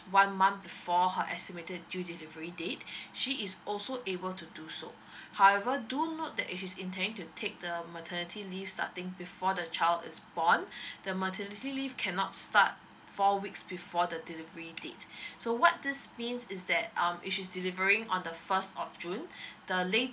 one month before her estimated due delivery date she is also able to do so however do note that if she's intending to take the maternity leave starting before the child is born the maternity leave cannot start four weeks before the delivery date so what this means is that um if she's delivering on the first of june the latest